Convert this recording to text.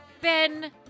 Ben